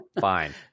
Fine